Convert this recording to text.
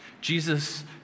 Jesus